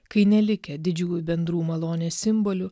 kai nelikę didžiųjų bendrų malonės simbolių